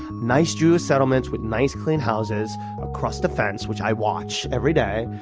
nice jewish settlements with nice clean houses across the fence, which i watch every day.